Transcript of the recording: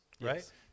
right